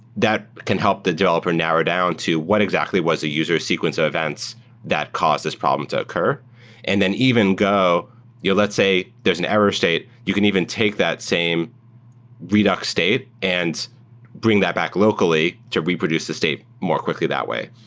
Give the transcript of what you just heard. that can help the developer narrow down to what exactly was the user sequence of events that caused this problem to occur and then even go let's say there's an error state. you can even take that same redux state and bring that back locally to reproduce the state more quickly that way.